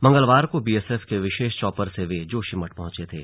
मंगलवार को बीएसएफ के विशेष चॉपर से वे जोशीमठ पहंचे थे